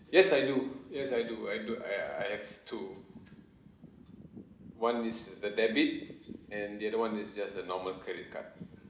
yes I do yes I do I do I I have two one is the the debit and the other one is just the normal credit card